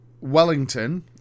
Wellington